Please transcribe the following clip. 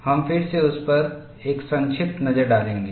हम फिर से उस पर एक संक्षिप्त नजर डालेंगे